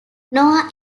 noah